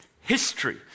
history